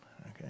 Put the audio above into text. okay